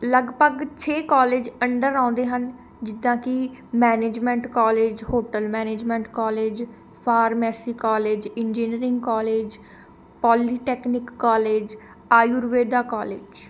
ਲਗਭਗ ਛੇ college under ਆਉਂਦੇ ਹਨ ਜਿੱਦਾਂ ਕਿ management college hotel management college pharmacy college engineering college polytechnic college Ayurveda college